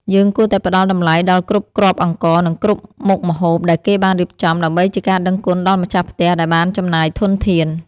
យើងគួរតែផ្តល់តម្លៃដល់គ្រប់គ្រាប់អង្ករ និងគ្រប់មុខម្ហូបដែលគេបានរៀបចំ ដើម្បីជាការដឹងគុណដល់ម្ចាស់ផ្ទះដែលបានចំណាយធនធាន។